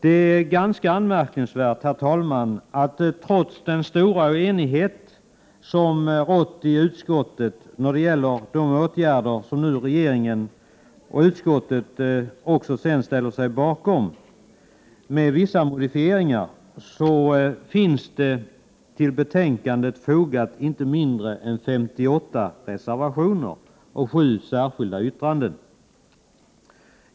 Det är ganska anmärkningsvärt att det, trots den stora enighet om de åtgärder som nu regeringen och utskottet med vissa modifieringar ställer sig bakom, finns till betänkandet fogat inte mindre än 58 reservationer och 7 särskilda yttranden.